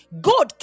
God